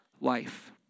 life